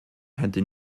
hätte